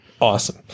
Awesome